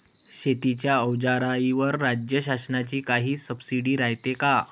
शेतीच्या अवजाराईवर राज्य शासनाची काई सबसीडी रायते का?